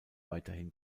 weiterhin